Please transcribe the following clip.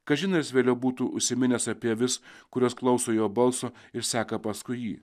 kažin ar jis vėliau būtų užsiminęs apie avis kurios klauso jo balso ir seka paskui jį